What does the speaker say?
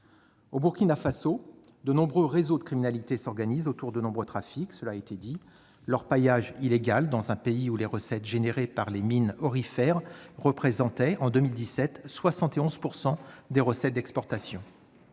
Au Burkina Faso, de nombreux réseaux de criminalité s'organisent autour des trafics, comme l'orpaillage illégal dans un pays où les recettes tirées des mines aurifères représentaient 71 % des recettes d'exportation